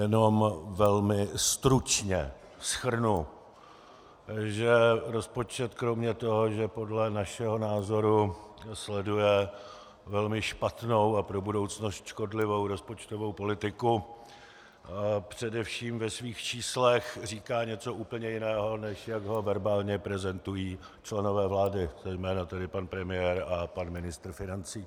Jenom velmi stručně shrnu, že rozpočet kromě toho, že podle našeho názoru sleduje velmi špatnou a pro budoucnost škodlivou rozpočtovou politiku, především ve svých číslech říká něco úplně jiného, než jak ho verbálně prezentují členové vlády, zejména tedy pan premiér a pan ministr financí.